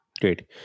great